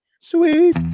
Sweet